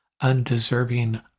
undeserving